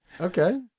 Okay